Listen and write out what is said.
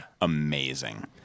amazing